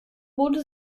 wurde